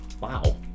wow